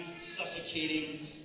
suffocating